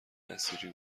نصیری